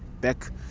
back